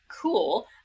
cool